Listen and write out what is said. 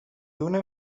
una